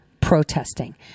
Protesting